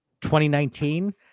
2019